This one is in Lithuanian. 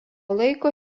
laiko